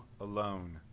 alone